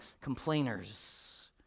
Complainers